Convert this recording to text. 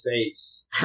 face